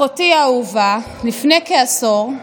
אחותי האהובה, לפני כעשור,